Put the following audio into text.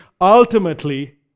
ultimately